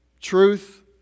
Truth